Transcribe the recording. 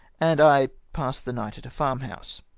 and i passed the night at a farm-house.